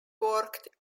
worked